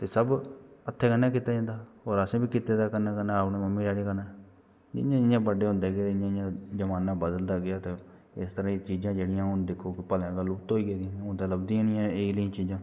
ते सब हत्थें कन्नै कित्ता जंदा होर असें बी इ'दे कन्नै कन्नै जियां जियां बड्डे बड्डे होंदे गे जमाना बदलदा गेआ इस तरहां दियां चीजां ते हून दिक्खो हून लुप्त होई एह्दियां चीजां